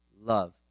love